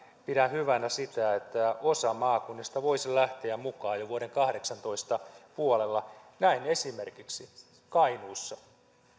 pidän hyvänä sitä että osa maakunnista voisi lähteä mukaan jo vuoden kahdeksantoista puolella näin esimerkiksi kainuussa